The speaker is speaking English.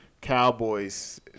Cowboys